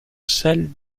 celle